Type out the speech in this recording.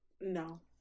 No